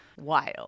wild